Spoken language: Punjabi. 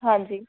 ਹਾਂਜੀ